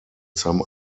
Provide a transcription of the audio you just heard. some